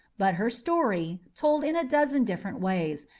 but her story, told in a dozen different ways,